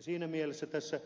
siinä mielessä tässä